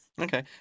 Okay